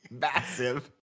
Massive